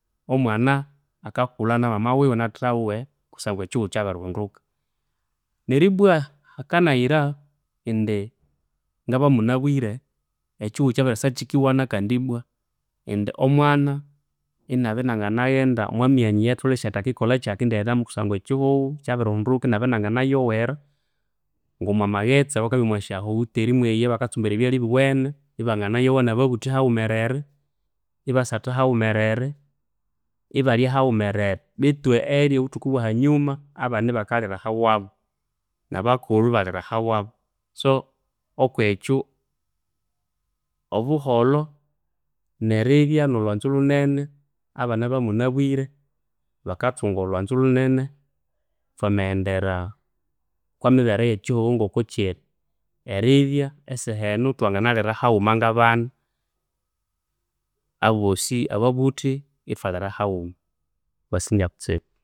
Omwana akakulha namama wiwe nathatha wiwe kusangwa ekyihugho kyabirihinduka. Neribwa hakanayira indi ngabamunabwire ekyihugho kyabyiryasa kyikiwana kandibwa indi omwana inabya inanginaghenda omwamyanya eyathalhwe asi athi akikolhakyi, akendighendamu kusangwa ekyihugho kyabirihinduka, inabaya inanginayoghera ngomwamaghetse awakabya omwasyahuteri mweyi eyabakatsumbira ebyalya ebiwene, ibanganayowa nababuthi haghumerere, ibasatha haghumerere, ibalya haghumerere betu erya obuthuku obwahanyuma, abana ibakalira ahawabu nabakulhu ibalira ahawabu. So okwekyu, obuholho neribya nolhwanzu lhunene, abana abamunabwire bakathunga olhwanzu lhunene thwamaghendera okwamibere eyekyihugho ngokukyiri, eribya esaha enu ithwanginalira haghuma ngabana, abosi ababuthi ithwalira haghuma. Wasinja kutsibu.